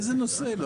באיזה נושא?